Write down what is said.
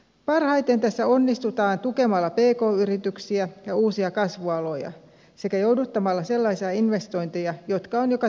parhaiten tässä onnistutaan tukemalla pk yrityksiä ja uusia kasvualoja sekä jouduttamalla sellaisia investointeja jotka on joka tapauksessa tehtävä